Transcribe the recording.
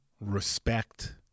respect